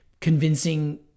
convincing